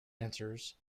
answers